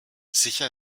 sicher